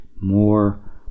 more